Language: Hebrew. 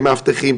כמאבטחים,